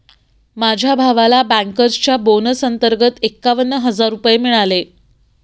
माझ्या भावाला बँकर्सच्या बोनस अंतर्गत एकावन्न हजार रुपये मिळाले